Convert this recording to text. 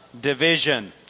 division